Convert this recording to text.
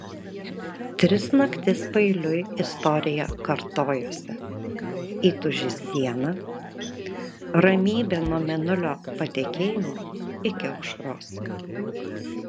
tris naktis paeiliui istorija kartojosi įtūžis dieną ramybė nuo mėnulio patekėjimo iki aušros